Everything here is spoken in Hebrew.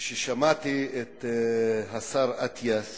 כששמעתי את השר אטיאס